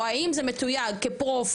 או האם זה מתויג כ"פרופיילינג",